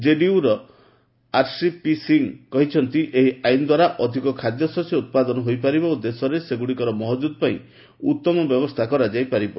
ଜେଡିୟୁର ଆର୍ସିପି ସିଂ କହିଛନ୍ତି ଏହି ଆଇନ ଦ୍ୱାରା ଅଧିକ ଖାଦ୍ୟଶସ୍ୟ ଉତ୍ପାଦନ ହୋଇପାରିବ ଓ ଦେଶରେ ସେଗୁଡ଼ିକର ମହକ୍କୁତ ପାଇଁ ଉତ୍ତମ ବ୍ୟବସ୍ଥା କରାଯାଇ ପାରିବ